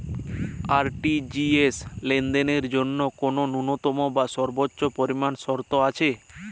RTGS লেনদেনের জন্য কোন ন্যূনতম বা সর্বোচ্চ পরিমাণ শর্ত আছে?